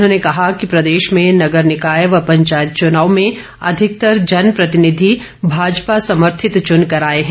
उन्होंने कहा कि प्रदेश में नगर निकाय व पंचायत चुनाव में अधिकतर जन प्रतिनिधि भाजपा समर्थित चुन कर आए हैं